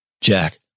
Jack